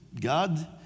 God